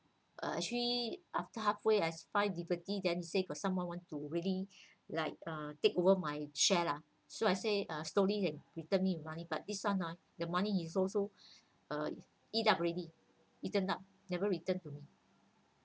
uh actually after half way I find difficulty then he say someone want to really like uh take over my share lah so I say uh slowly then return me the money but this one ah the money he also uh eat up already eaten up never return to me